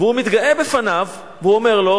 והוא מתגאה בפניו והוא אומר לו: